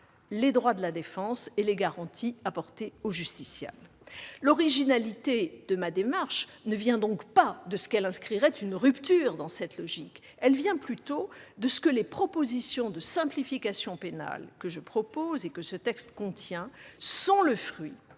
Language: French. les droits de la défense et les garanties apportées aux justiciables. L'originalité de ma démarche ne vient donc pas de ce qu'elle inscrirait une rupture dans cette logique. Elle vient plutôt de ce que les propositions de simplification pénale contenues dans ce texte sont le fruit